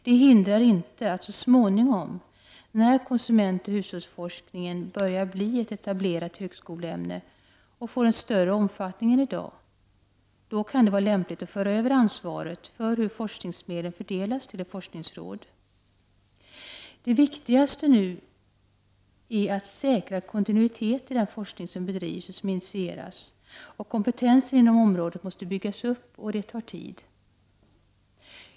Det hindrar inte att det så småningom, när konsumentoch hushållsforskningen börjar bli ett etablerat högskoleämne och får en större omfattning än i dag, kan bli lämpligt att föra över ansvaret för hur forskningsmedlen fördelas till ett forskningsråd. Det viktigaste är nu att säkra en kontinuitet i den forskning som bedrivs och som initieras. Kompentensen inom området måste byggas upp, och det tar tid.